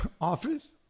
office